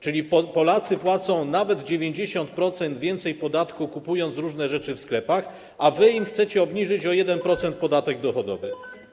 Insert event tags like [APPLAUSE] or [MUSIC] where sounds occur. Czyli Polacy płacą nawet o 90% więcej podatku, kupując różne rzeczy w sklepach, a wy [NOISE] im chcecie obniżyć o 1% podatek dochodowy.